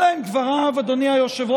אלה הם דבריו המפורשים, אדוני היושב-ראש,